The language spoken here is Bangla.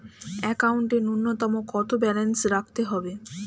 একাউন্টে নূন্যতম কত ব্যালেন্স রাখতে হবে?